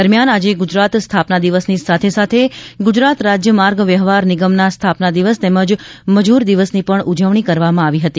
દરમ્યાન આજે ગુજરાત સ્થાપના દિવસની સાથે સાથે ગુજરાત રાજ્ય માર્ગ વ્યવહાર નિગમના સ્થાપના દિવસ તેમજ મજૂર દિવસની પણ ઉજવણી કરવામાં આવી હતી